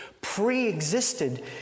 pre-existed